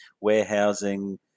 warehousing